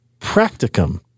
practicum